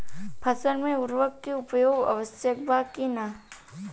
फसल में उर्वरक के उपयोग आवश्यक बा कि न?